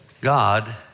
God